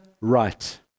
right